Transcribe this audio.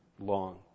long